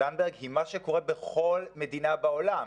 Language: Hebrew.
זנדברג היא מה שקורה בכל מדינה בעולם.